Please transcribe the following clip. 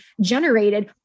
generated